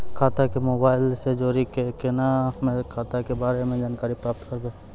खाता के मोबाइल से जोड़ी के केना हम्मय खाता के बारे मे जानकारी प्राप्त करबे?